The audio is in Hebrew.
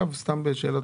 לא.